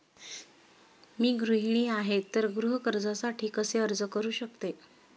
मी गृहिणी आहे तर गृह कर्जासाठी कसे अर्ज करू शकते?